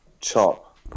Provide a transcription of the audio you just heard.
Chop